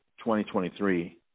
2023